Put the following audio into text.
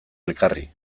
elkarri